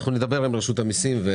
נדבר עם רשות המיסים.